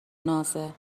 نازه